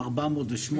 408,